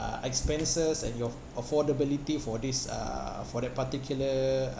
uh expenses and your affordability for this uh for that particular